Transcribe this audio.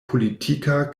politika